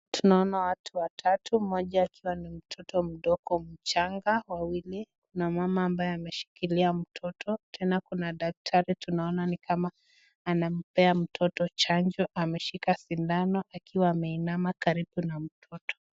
Tunaona watu watatu moja akiwa ni mtoto mdogo mchanga wawili na mama ambaye ameshikilia mtoto na tena kuna daktari ni kama anampea mtoto chanjo ameshika sindano akiwa ameinama karibu na mtoto